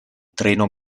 treno